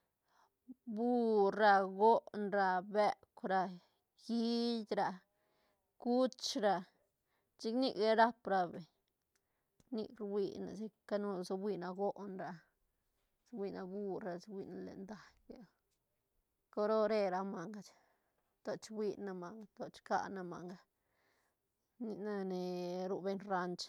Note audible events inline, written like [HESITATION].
[HESITATION] bur ra, goon ra, beuk ra, hiit ra, cuch ra chic nic rap ra beñ nic huine sic canu se huine goon ra se huine bur ra se huine len daiñ [UNINTELLIGIBLE] caro re ra manga to chi huine manga to chicane manga nic nac ni ru beñ ranch.